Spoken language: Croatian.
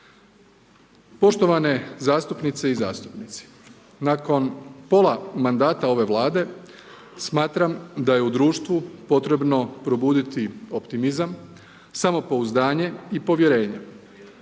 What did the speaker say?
Poštovane zastupnice i zastupnici, nakon pola mandata ove vlade, smatram da je u društvu potrebno probuditi optimizam, samopouzdanje i povjerenje.